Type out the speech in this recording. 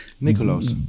Nicholas